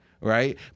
right